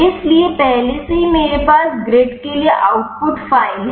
इसलिए पहले से ही मेरे पास ग्रिड के लिए आउटपुट फाइल है